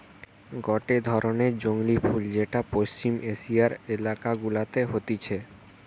গটে ধরণের জংলী ফুল যেটা পশ্চিম এশিয়ার এলাকা গুলাতে হতিছে